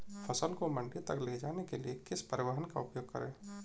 फसल को मंडी तक ले जाने के लिए किस परिवहन का उपयोग करें?